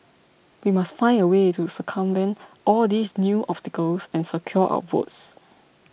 we must find a way to circumvent all these new obstacles and secure our votes